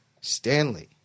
Stanley